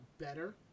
better